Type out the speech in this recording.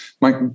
Mike